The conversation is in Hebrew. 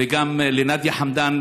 וגם לנאדיה חמדאן,